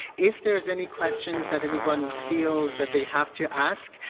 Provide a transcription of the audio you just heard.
if there is any questions that anyone feels that they have to ask,